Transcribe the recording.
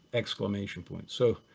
exclamation point. so,